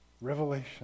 Revelation